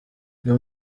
niyo